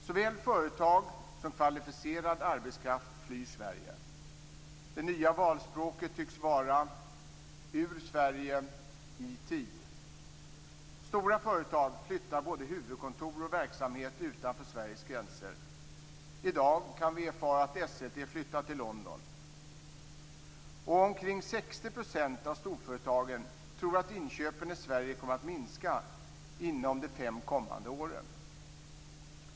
Såväl företag som kvalificerad arbetskraft flyr Sverige. Det nya valspråket tycks vara: Ur Sverige - i tid! Stora företag flyttar både huvudkontor och verksamhet utanför Sveriges gränser. I dag kan vi erfara att Esselte flyttar till London. Omkring 60 % av storföretagen tror att inköpen i Sverige kommer att minska inom de fem kommande åren.